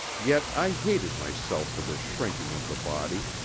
yet i hated myself for this shrinking of the body,